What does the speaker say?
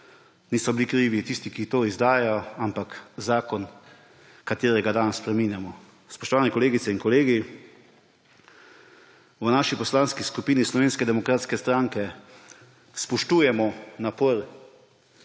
niso bili krivi tisti, ki to izdajajo, ampak zakon, katerega danes spreminjamo. Spoštovani kolegice in kolegi, v Poslanski skupini Slovenske demokratske stranke spoštujemo napor